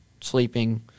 sleeping